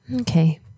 Okay